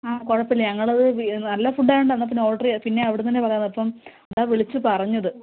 ആ കുഴപ്പമില്ല ഞങ്ങൾ അത് നല്ല ഫുഡ്ഡായത് കൊണ്ടാണ് എന്നാൽ പിന്നെ ഓഡറ് ചെയ്യാം പിന്നേയും അവടെ നിന്ന് തന്നെ പറയാൻ അപ്പം അതാണ് വിളിച്ച് പറഞ്ഞത്